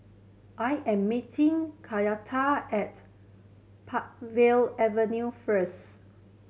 I am meeting Kenyatta at Peakville Avenue first